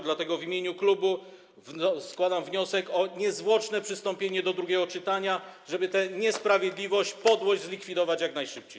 Dlatego w imieniu klubu składam wniosek o niezwłoczne przystąpienie do drugiego czytania, żeby tę niesprawiedliwość, podłość zlikwidować jak najszybciej.